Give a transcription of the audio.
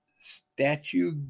Statue